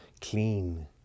clean